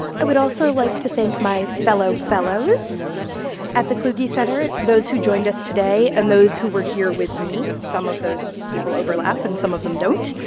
i would also like to thank my fellow fellows at the kluge center, those who joined us today and those who were here with me. some of those people overlap and some of them don't.